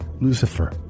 Lucifer